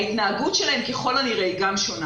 ככל הנראה ההתנהגות שלהם היא שונה.